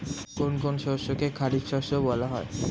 কোন কোন শস্যকে খারিফ শস্য বলা হয়?